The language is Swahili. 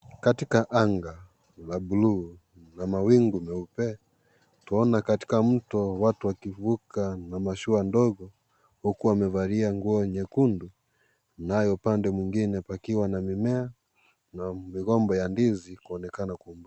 Katika anga la bluu na mawingu meupe tunaona katika mto watu wakivuka na mashua ndogo huku wamevalia nguo nyekundu nayo upande mwingine pakiwa na mimea na migomba ya ndizi kuonekana kwa umbali.